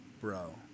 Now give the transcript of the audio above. bro